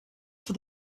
for